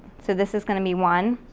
so this is gonna be one.